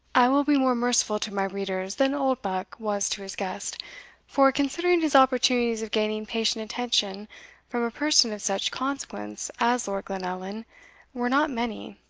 i will be more merciful to my readers than oldbuck was to his guest for, considering his opportunities of gaining patient attention from a person of such consequence as lord glenallan were not many,